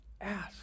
Ask